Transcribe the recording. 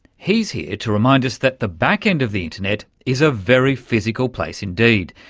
he's here to remind us that the backend of the internet is a very physical place indeed.